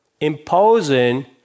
imposing